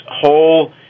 whole